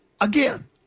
again